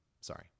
sorry